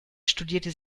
studierte